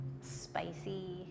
spicy